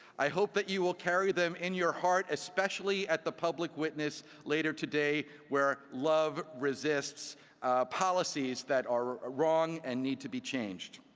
i hope that i will carry them in your heart, especially at the public witness later today where love resists policies that are wrong and need to be changed.